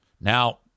Now